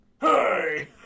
Hey